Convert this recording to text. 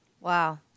Wow